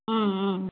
ம் ம்